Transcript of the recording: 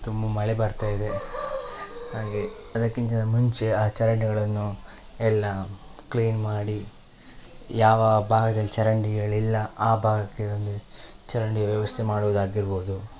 ತುಂಬ ಮಳೆ ಬರ್ತಾ ಇದೆ ಹಾಗೆ ಅದಕ್ಕಿಂತನ ಮುಂಚೆ ಆ ಚರಂಡಿಗಳನ್ನು ಎಲ್ಲ ಕ್ಲೀನ್ ಮಾಡಿ ಯಾವ ಭಾಗದಲ್ಲಿ ಚರಂಡಿಗಳಿಲ್ಲ ಆ ಭಾಗಕ್ಕೆ ಒಂದು ಚರಂಡಿಯ ವ್ಯವಸ್ಥೆ ಮಾಡುವುದಾಗಿರ್ಬೋದು